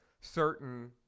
certain